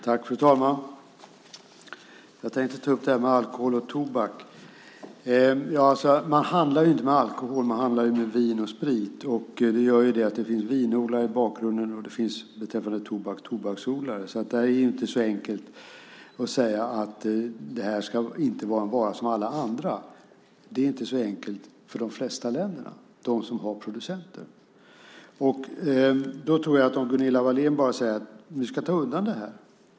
Fru talman! Jag tänkte ta upp det här med alkohol och tobak. Man handlar ju inte med alkohol. Man handlar med vin och sprit. Det gör att det finns vinodlare i bakgrunden, och det finns, beträffande tobak, tobaksodlare. Det är inte så enkelt att säga att det här inte ska vara en vara som alla andra. För de flesta länderna, de som har producenter, är det inte så enkelt. Gunilla Wahlén säger att vi ska ta undan det här.